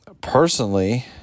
Personally